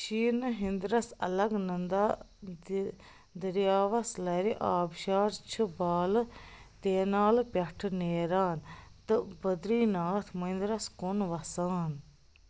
شیٖنہٕ ہٕنٛدرَس الگ ننٛدا دِ دٔریاوَس لَرِ آب شار چھُ بالہٕ تہِ نالہٕ پٮ۪ٹھٕ نیران تہٕ بٔدری ناتھ مٔنٛدرَس کُن وَسان